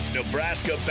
Nebraska